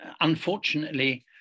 unfortunately